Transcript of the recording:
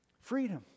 freedom